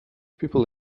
people